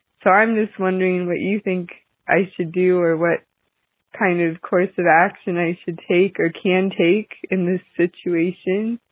so i'm just wondering what you think i should do or what kind, of course, of action i should take or can take in this situation.